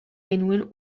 genuen